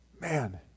Man